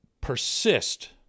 persist